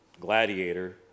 Gladiator